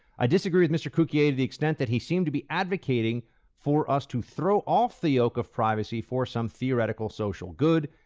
i disagree with mr. cukier to the extent that he seemed to be advocating for us to throw off the yoke of privacy for some theoretical social good.